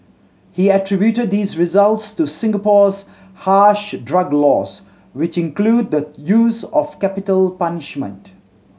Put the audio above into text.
he attributed these results to Singapore's harsh drug laws which include the use of capital punishment